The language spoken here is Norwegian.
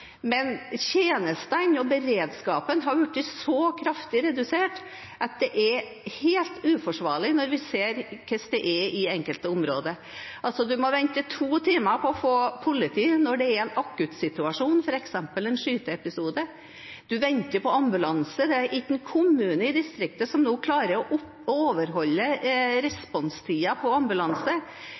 Men tjenestene og beredskapen har blitt så kraftig redusert at det er helt uforsvarlig når vi ser hvordan det er i enkelte områder. Man må vente i to timer på politiet når det er en akuttsituasjon, f.eks. en skyteepisode. Man må vente på ambulanse. Det er ikke én kommune i distriktet som nå klarer å overholde responstiden for ambulanse.